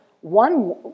one